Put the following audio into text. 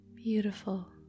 Beautiful